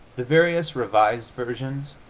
the various revised versions,